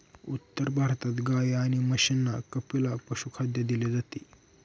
उत्तर भारतात गाई आणि म्हशींना कपिला पशुखाद्य दिले जाते